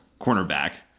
cornerback